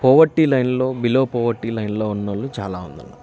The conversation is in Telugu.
పోవర్టీ లైన్లో బిలో పోవర్టీ లైన్లో ఉన్నవాళ్ళు చాలా మంది ఉన్నారు